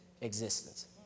existence